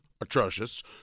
atrocious